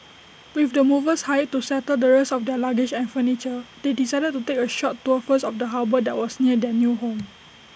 with the movers hired to settle the rest of their luggage and furniture they decided to take A short tour first of the harbour that was near their new home